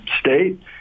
state